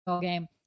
game